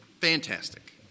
fantastic